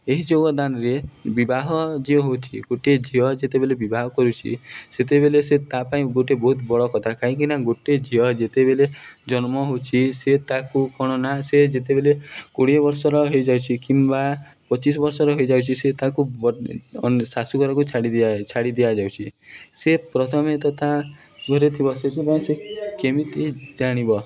ଏହି ଯୋଗଦାନରେ ବିବାହ ଯିଏ ହେଉଛି ଗୋଟିଏ ଝିଅ ଯେତେବେଲେ ବିବାହ କରୁଛିି ସେତେବେଲେ ସେ ତା ପାଇଁ ଗୋଟେ ବହୁତ ବଡ଼ କଥା କାହିଁକି ନା ଗୋଟେ ଝିଅ ଯେତେବେଲେ ଜନ୍ମ ହେଉଛିି ସେ ତାକୁ କ'ଣ ନା ସେ ଯେତେବେଲେ କୋଡ଼ିଏ ବର୍ଷର ହୋଇଯାଉଛି କିମ୍ବା ପଚିଶି ବର୍ଷର ହୋଇଯାଉଛି ସେ ତାକୁ ଶାଶୁଘାକୁ ଛାଡ଼ି ଦିଆ ଛାଡ଼ି ଦିଆଯାଉଛି ସେ ପ୍ରଥମେ ତ ତା ଘରେ ଥିବ ସେଥିପାଇଁ ସେ କେମିତି ଜାଣିବ